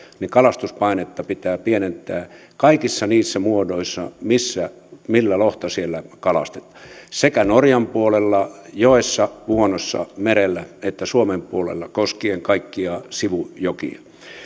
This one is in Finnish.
niin kalastuspainetta pitää pienentää kaikissa niissä muodoissa millä lohta siellä kalastetaan sekä norjan puolella joessa vuonossa merellä että suomen puolella koskien kaikkia sivujokia